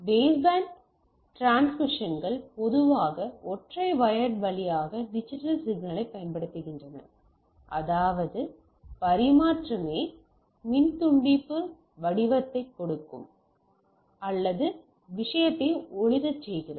baseband டிரான்ஸ்மிஷன்கள் பொதுவாக ஒற்றை வயர்ட் வழியாக டிஜிட்டல் சிக்னலைப் பயன்படுத்துகின்றன அதாவது பரிமாற்றமே மின் துடிப்பு வடிவத்தை எடுக்கும் அல்லது விஷயத்தை ஒளிரச் செய்கிறது